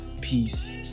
Peace